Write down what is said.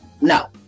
no